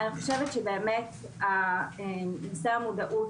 נושא המודעות